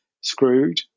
screwed